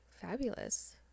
fabulous